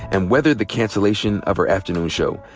and weathered the cancellation of her afternoon show,